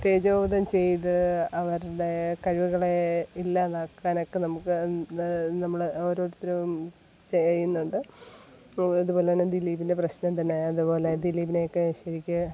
തേജോവധം ചെയ്ത് അവരുടെ കഴിവുകളെ ഇല്ലാത്താക്കാനൊക്കെ നമുക്ക് നമ്മൾ ഓരോരുത്തരും ചെയ്യുന്നുണ്ട് അതുപോലെ തന്നെ ദിലീപിൻ്റെ പ്രശ്നം തന്നെ അതുപോലെ ദിലീപിനെയൊക്കെ ശരിക്ക്